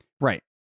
Right